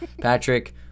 patrick